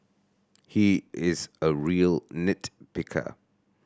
he is a real nit picker